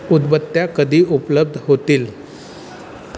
उदबत्त्या कधी उपलब्ध होतील